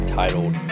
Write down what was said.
titled